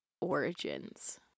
origins